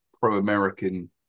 pro-American